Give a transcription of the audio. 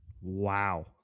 Wow